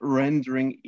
rendering